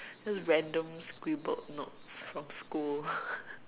just random scribbled notes from school